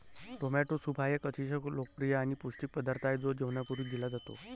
tomato soup हा एक अतिशय लोकप्रिय आणि पौष्टिक पदार्थ आहे जो जेवणापूर्वी दिला जातो